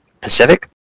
Pacific